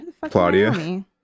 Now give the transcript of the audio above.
Claudia